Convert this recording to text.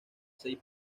seis